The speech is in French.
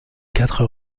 quatre